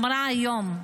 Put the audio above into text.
אמרה היום: